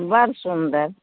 बड़ सुन्दर